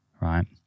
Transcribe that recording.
right